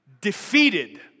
defeated